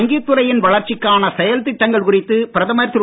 வங்கித் துறையின் வளர்ச்சிக்கான செயல்திட்டங்கள் குறித்து பிரதமர் திரு